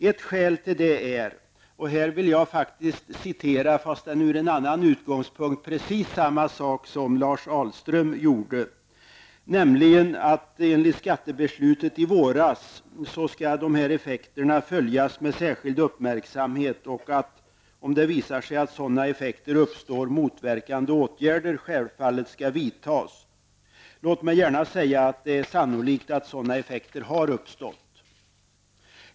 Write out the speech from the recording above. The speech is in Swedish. Ett skäl för detta -- och här vill jag faktiskt säga, om än med en annan utgångspunkt, precis samma sak som Lars Ahlström, nämligen att dessa effekter enligt skattebeslutet i vår skall följas med särskild uppmärksamhet och att -- om det visar sig att sådana effekter uppstår -- motverkande åtgärder självfallet skall vidtas. Låt mig gärna säga att det är sannolikt att sådana effekter har uppstått.